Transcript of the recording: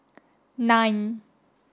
nine